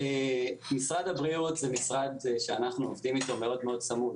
משרד הבריאות זה משרד שאנחנו עובדים איתו מאוד-מאוד צמוד,